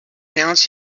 announce